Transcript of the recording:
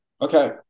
okay